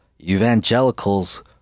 evangelicals